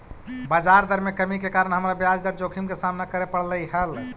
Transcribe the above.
बजार दर में कमी के कारण हमरा ब्याज दर जोखिम के सामना करे पड़लई हल